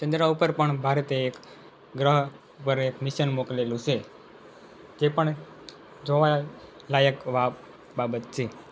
ચંદ્ર ઉપર પણ ભારતે ગ્રહ પર એક મિશન મોકલેલું છે તે પણ જોવા લાયક બાબત છે